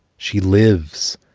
she lives.